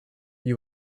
you